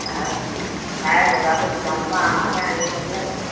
sir চাৰে বজাৰটোৰ দোকানৰ পৰা আমাকে আনি ল'বলে কৈছে